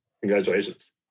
Congratulations